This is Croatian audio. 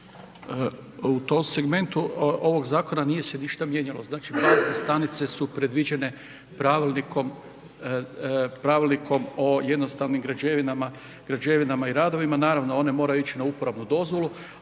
U tom segmentu ovog zakona nije se ništa mijenjalo. Znači bazne stanice su predviđene pravilnikom o jednostavnim građevinama, građevinama i radovima naravno, one moraju ići na uporabnu dozvolu